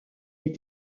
est